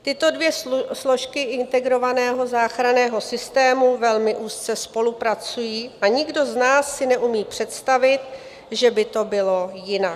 Tyto dvě složky integrovaného záchranného systému velmi úzce spolupracují a nikdo z nás si neumí představit, že by to bylo jinak.